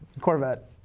Corvette